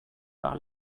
par